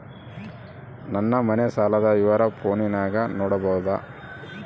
ನನ್ನ ಮನೆ ಸಾಲದ ವಿವರ ಫೋನಿನಾಗ ನೋಡಬೊದ?